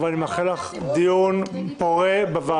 ואני מאחל לך דיון פורה במליאה.